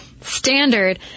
standard